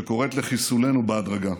שקוראת לחיסולנו בהדרגה.